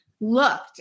looked